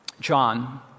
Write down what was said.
John